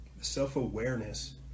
self-awareness